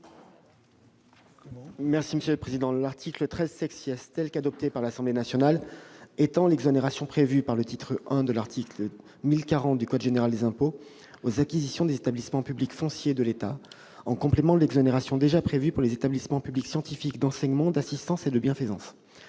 secrétaire d'État. L'article 13, tel qu'adopté par l'Assemblée nationale, étend l'exonération prévue par le I de l'article 1040 du code général des impôts aux acquisitions des établissements publics fonciers de l'État, en complément de l'exonération déjà prévue pour les établissements publics scientifiques, d'enseignement, d'assistance et de bienfaisance.